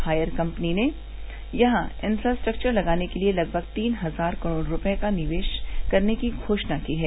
higher company ने यहां infrastructure लगाने के लिए लगभग तीन हजार करोड़ रूपये का निवेश करने की घोषणा की है